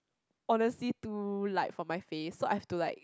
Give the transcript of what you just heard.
honestly too light for my face so I have to like